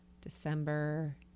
December